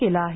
केलं आहे